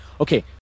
Okay